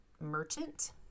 Merchant